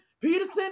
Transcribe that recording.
peterson